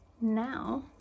Now